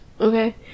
okay